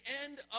end